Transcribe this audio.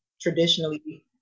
Traditionally